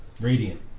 Radiant